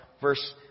verse